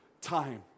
time